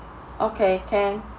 okay can